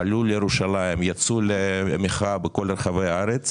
עלו לירושלים, יצאו למחאה בכל רחבי הארץ